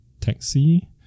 taxi